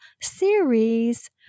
series